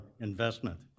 investment